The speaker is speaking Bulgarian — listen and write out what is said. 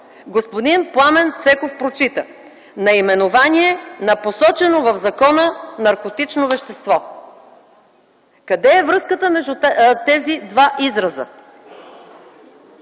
Господин Пламен Цеков прочита: „Наименование на посочено в закона наркотично вещество”. Къде е връзката между тези два израза?